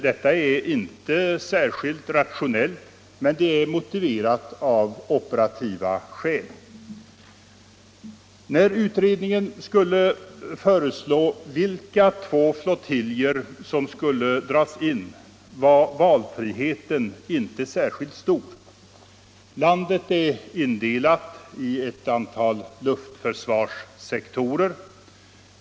Detta är inte särskilt rationellt, men det är motiverat av operativa skäl. När utredningen skulle föreslå vilka två flottiljer som skulle dras in var valfriheten inte särskilt stor. Landet är indelat i ett antal luftförsvarssektorer.